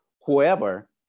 whoever